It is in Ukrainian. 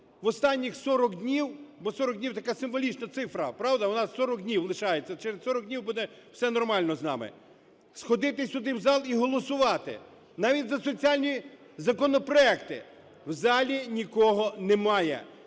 в останніх 40 днів - бо 40 днів - така символічна цифра, правда, у нас 40 днів лишається, через 40 днів буде все нормально з нами, - сходити сюди, в зал, і голосувати, навіть за соціальні законопроекти. В залі нікого немає.